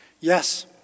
Yes